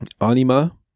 anima